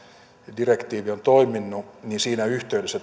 direktiivi on toiminut niin siinä yhteydessä